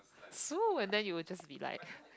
so and then you will just be like